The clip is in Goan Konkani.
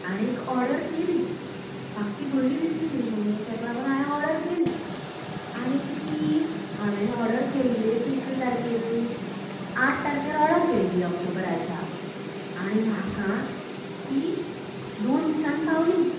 आनीक ओर्डर केली म्हाका ती बरी दिसली नू तेका लागून हांवें ओर्डर केली आनीक ती हांवें ओर्डर केल्ले कितल्या तारकेर आठ तारकेर ओर्डर केलेली ऑक्टोबराच्या आनी म्हाका ती दोन दिसान पावली